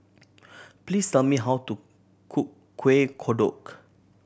please tell me how to cook Kuih Kodok